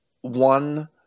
one